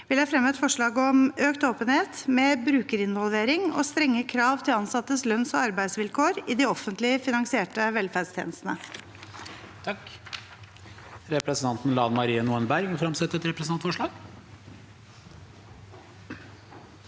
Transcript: jeg fremme et forslag om økt åpenhet, mer brukerinvolvering og strenge krav til ansattes lønns- og arbeidsvilkår i de offentlig finansierte velferdstjenestene.